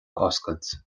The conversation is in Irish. oscailt